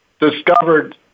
discovered